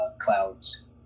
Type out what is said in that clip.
clouds